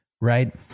right